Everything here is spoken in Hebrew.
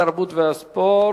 התרבות והספורט.